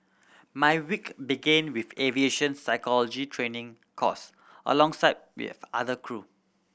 my week began with aviation physiology training course alongside with other crew